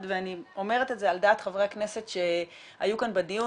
ואני אומרת את זה על דעת חברי הכנסת שהיו כאן בדיון,